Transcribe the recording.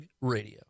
Radio